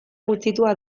gutxitua